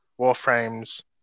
Warframe's